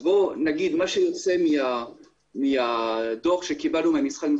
בואו נגיד שמה שיוצא מהדוח שקיבלנו מהמשרד להגנת